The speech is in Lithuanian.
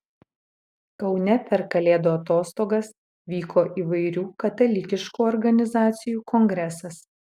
kaune per kalėdų atostogas vyko įvairių katalikiškų organizacijų kongresas